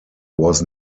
was